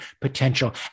potential